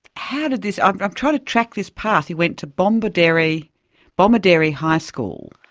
how did this. um i'm trying to track this path. you went to but um bomaderry bomaderry high school.